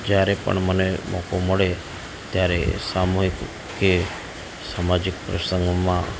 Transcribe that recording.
જ્યારે પણ મને મોકો મળે ત્યારે સામૂહિક કે સમાજિક પ્રસંગોમાં